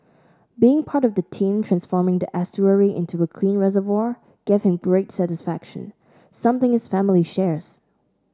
being part of the team transforming the estuary into a clean reservoir gave him great satisfaction something his family shares